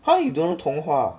how you don't know 童话